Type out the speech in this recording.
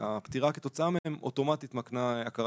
שהפטירה כתוצאה מהן אוטומטית מקנה הכרה